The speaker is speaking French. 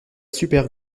super